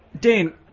Dane